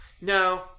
No